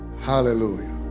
Hallelujah